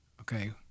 Okay